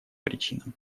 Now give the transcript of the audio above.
причинам